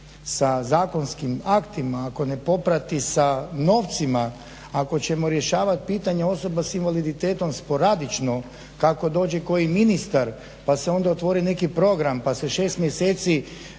sa zakonskim aktima, ako ne poprati sa novcima, ako ćemo rješavati pitanje osoba s invaliditetom sporadično kako dođe koji ministar pa se onda otvori neki program pa se 6 mjeseci